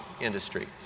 industry